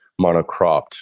monocropped